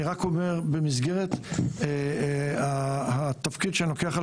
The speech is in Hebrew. אני רק אומר במסגרת התפקיד שאני לוקח על